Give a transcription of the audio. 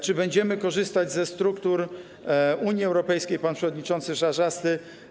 Czy będziemy korzystać ze struktur Unii Europejskiej, pytał pan przewodniczący Czarzasty.